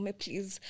please